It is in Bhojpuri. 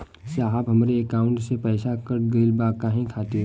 साहब हमरे एकाउंट से पैसाकट गईल बा काहे खातिर?